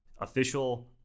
official